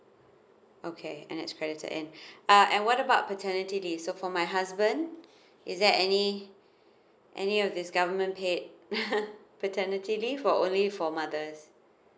okay and its credited in uh and what about paternity so for my husband is there any any of this government paid paternity leave or only for mothers